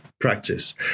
practice